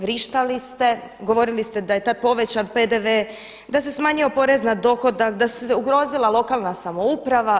Vrištali ste, govorili ste da je tada povećan PDV-e, da se smanjio porez na dohodak, da se ugrozila lokalna samouprava.